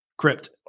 crypt